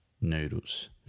noodles